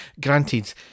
granted